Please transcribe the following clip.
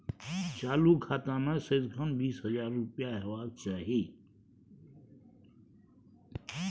चालु खाता मे सदिखन बीस हजार रुपैया हेबाक चाही